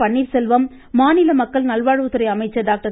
பன்னீர்செல்வம் மாநில மக்கள் நல்வாழ்வுத்துறை அமைச்சர் டாக்டர்